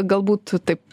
galbūt taip